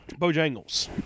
Bojangles